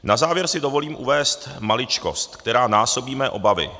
Na závěr si dovolím uvést maličkost, která násobí mé obavy.